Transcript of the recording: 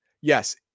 yes